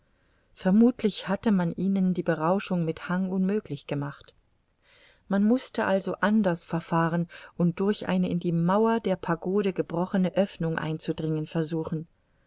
vermuthlich hatte man ihnen die berauschung mit hang unmöglich gemacht man mußte also anders verfahren und durch eine in die mauer der pagode gebrochene oeffnung einzudringen versuchen